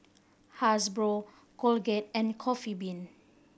Hasbro Colgate and Coffee Bean